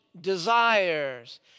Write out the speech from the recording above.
desires